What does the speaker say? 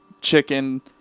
chicken